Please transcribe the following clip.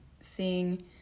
seeing